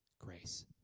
Grace